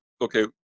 Okay